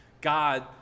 God